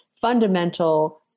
fundamental